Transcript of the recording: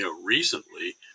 recently